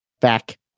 back